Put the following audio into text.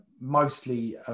mostly